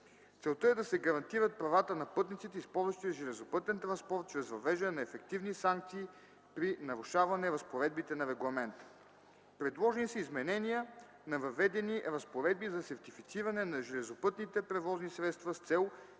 Целта е да се гарантират правата на пътниците, използващи железопътен транспорт, чрез въвеждане на ефективни санкции при нарушаване разпоредбите на регламента. Предложени са изменения на въведени разпоредби за сертифициране на железопътните превозни средства с цел